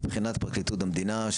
מבחינת פרקליטות המדינה,